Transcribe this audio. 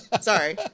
sorry